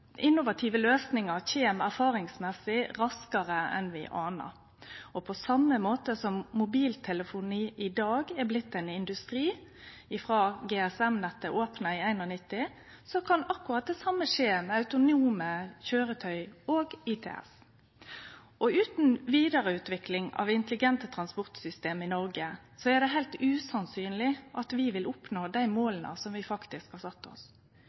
innovative løysingar kjem erfaringsmessig raskare enn vi anar. På same måte som mobiltelefoni i dag er blitt ein industri frå GSM-nettet opna i 91, kan akkurat det same skje med autonome køyretøy og ITS. Utan vidareutvikling av intelligente transportsystem i Noreg er det heilt usannsynleg at vi vil oppnå dei måla som vi har sett oss.